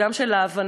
וגם של ההבנה.